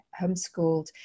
homeschooled